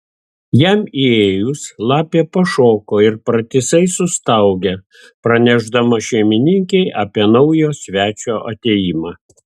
jam įėjus lapė pašoko ir pratisai sustaugė pranešdama šeimininkei apie naujo svečio atėjimą